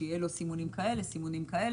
שיהיו לו סימונים כאלה וסימונים אחרים,